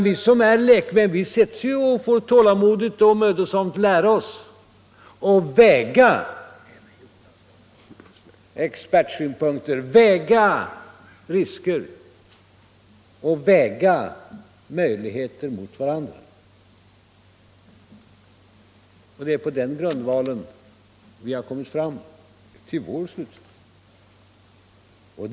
Vi som är lekmän måste ha tålamodet att mödosamt lära oss att väga expertsynpunkterna mot varandra och att väga riskerna mot fördelarna. Det är på den grundvalen vi har kommit fram till vår slutsats.